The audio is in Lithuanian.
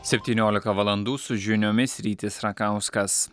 septyniolika valandų su žiniomis rytis rakauskas